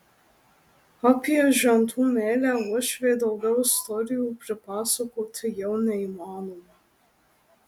apie žentų meilę uošvei daugiau istorijų pripasakoti jau neįmanoma